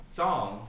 song